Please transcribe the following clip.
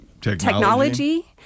Technology